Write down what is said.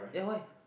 ya why